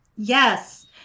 Yes